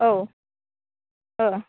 औ औ